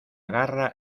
garra